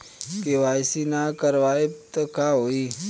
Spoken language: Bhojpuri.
के.वाइ.सी ना करवाएम तब का होई?